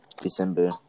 December